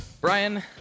Brian